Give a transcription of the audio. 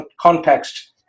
context